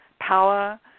power